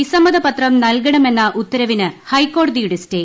വിസമ്മതപത്രം നൽകണമെന്ന ഉത്തരവിന് ഹൈക്കോടതിയുടെ സ്റ്റേ